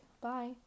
bye